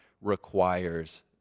requires